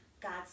god's